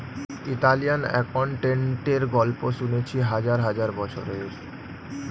Italian অ্যাকাউন্টেন্টের গল্প শুনেছি হাজার হাজার বছরের